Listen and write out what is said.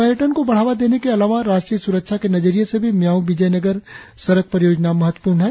पर्यटन को बढ़ावा देने के अलावा राष्ट्रीय स्रक्षा के नजरिए से भी मियाओ विजोयनगर सड़क परियोजना महत्वपूर्ण है